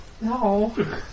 No